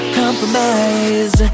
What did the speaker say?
compromise